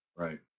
right